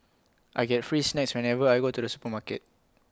I get free snacks whenever I go to the supermarket